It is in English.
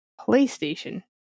PlayStation